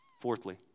Fourthly